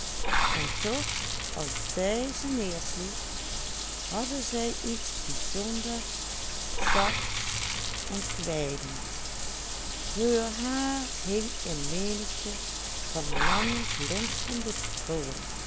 zij iets bijzonder zachts en kwijnends heur haar hing in menigte van lange glinsterende